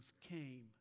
came